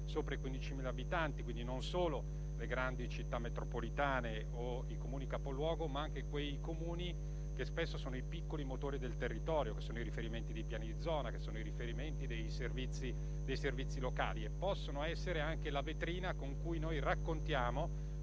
sopra i 15.000 abitanti e non solo per le grandi città metropolitane o i Comuni capoluogo, ma anche per quei Comuni che spesso sono i piccoli motori del territorio, i riferimenti dei piani di zona e dei servizi locali e possono essere anche la vetrina con cui raccontiamo